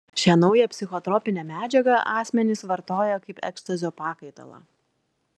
šią naują psichotropinę medžiagą asmenys vartoja kaip ekstazio pakaitalą